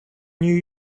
new